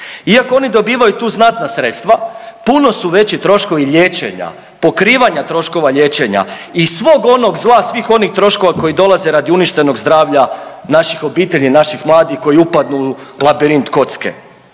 Iako oni dobivaju tu znatna sredstva puno su veći troškovi liječenja, pokrivanja troškova liječenja i svog onog zla, svih onih troškova koji dolaze radi uništenog zdravlja naših obitelji, naših mladi koji upadnu u labirint kocke.